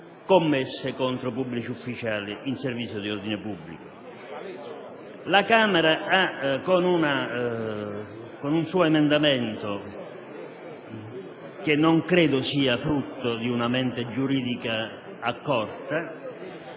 commesse contro pubblici ufficiali in servizio di ordine pubblico. La Camera, con un emendamento che non credo sia frutto di una mente giuridica accorta,